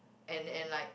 and and like